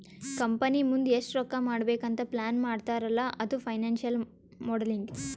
company ಮುಂದ್ ಎಷ್ಟ ರೊಕ್ಕಾ ಮಾಡ್ಬೇಕ್ ಅಂತ್ ಪ್ಲಾನ್ ಮಾಡ್ತಾರ್ ಅಲ್ಲಾ ಅದು ಫೈನಾನ್ಸಿಯಲ್ ಮೋಡಲಿಂಗ್